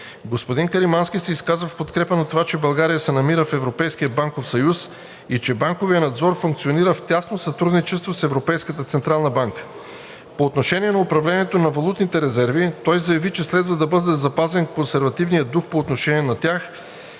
Господин Каримански се изказа в подкрепа на това, че България се намира в Европейския банков съюз и че банковият надзор функционира в тясно сътрудничество с Европейската централна банка. По отношение на управлението на валутните резерви той заяви, че следва да бъде запазен консервативният дух по отношение на тях,